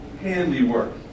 handiwork